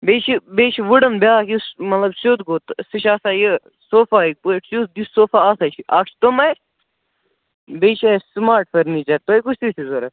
بیٚیہِ چھِ بیٚیہِ چھِ وُڈَن بیٛاکھ یُس مطلب سیٚود گوٚو تہٕ سُہ چھِ آسان یہِ صوفا ہٕکۍ پٲٹھۍ یُس صوفا آسان چھِ اَکھ چھِ تِمے بیٚیہِ چھِ اَسہِ سُمارٹ فٔرنیٖچَر تۄہہِ کُس ہیٚوٗ چھُ ضروٗرت